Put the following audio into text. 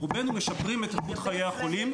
רובנו משפרים את איכות חיי החולים;